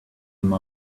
him